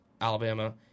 Alabama